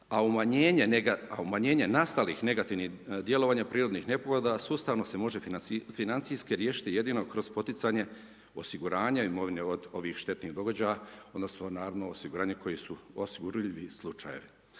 a umanjenje nastalih negativnih djelovanja prirodnih nepogoda, sustavno se može financijski riješiti jedino kroz poticanje osiguranje imovine od ovih štetnih događaja, odnosno, naravno, osiguranje koje su osigurani slučajevi.